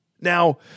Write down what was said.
Now